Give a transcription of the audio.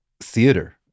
theater